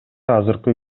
азыркы